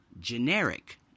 generic